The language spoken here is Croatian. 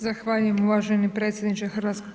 Zahvaljujem uvaženi predsjedniče HS.